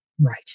right